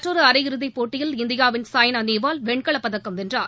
மற்றொரு அரை இறுதிப் போட்டியில் இந்தியாவின் சாய்னா நேவால் வெண்கலப்பதக்கம் வென்றார்